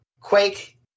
Quake